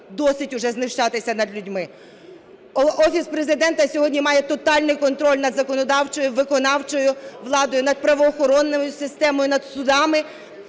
Досить уже знущатися над людьми. Офіс Президента сьогодні має тотальний контроль над законодавчою, виконавчою владою, над правоохранною системою, над судами.